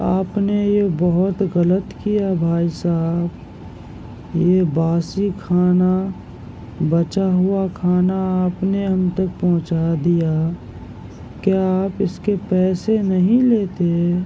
آپ نے یہ بہت غلط کیا بھائی صاحب یہ باسی کھانا بچا ہوا کھانا آپ نے ہم تک پہنچا دیا کیا آپ اس کے پیسے نہیں لیتے ہیں